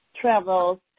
travels